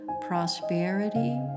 prosperity